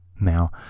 now